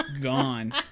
gone